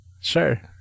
Sure